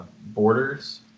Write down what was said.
borders